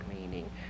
meaning